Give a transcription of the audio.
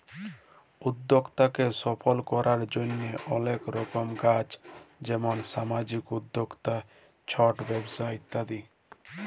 উদ্যক্তাকে সফল করার জন্হে অলেক রকম আছ যেমন সামাজিক উদ্যক্তা, ছট ব্যবসা ইত্যাদি